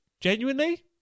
Genuinely